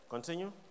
Continue